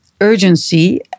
urgency